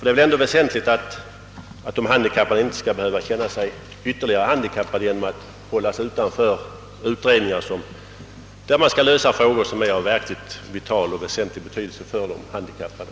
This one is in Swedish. Det är väsentligt att de handikappade inte skall behöva känna sig ytterligare handikappade genom att hållas utanför utredningar, som skall lösa frågor av verkligt vital betydelse just för de handikappade.